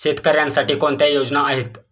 शेतकऱ्यांसाठी कोणत्या योजना आहेत?